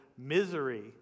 misery